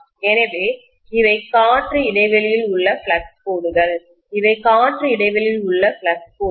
எனவே இவை காற்று இடைவெளியில் உள்ள ஃப்ளக்ஸ் கோடுகள் இவை காற்று இடைவெளியில் உள்ள ஃப்ளக்ஸ் கோடுகள்